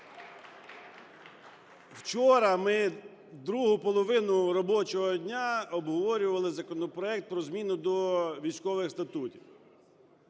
вчора ми другу половину робочого дня обговорювали законопроект про зміну до військових статутів.